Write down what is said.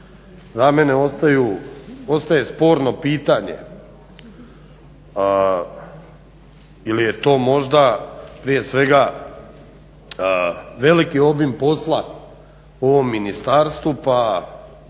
za mene ostaje sporno pitanje ili je to možda prije svega veliki obim posla u ovom ministarstvu pa